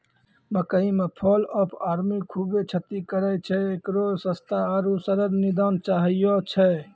मकई मे fall of army खूबे क्षति करेय छैय, इकरो सस्ता आरु सरल निदान चाहियो छैय?